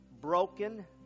broken